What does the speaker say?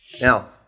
Now